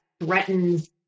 threatens